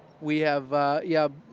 we have yeah,